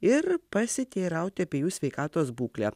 ir pasiteirauti apie jų sveikatos būklę